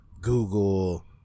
Google